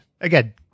Again